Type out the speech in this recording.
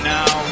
now